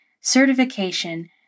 certification